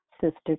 sister